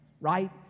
right